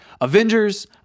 Avengers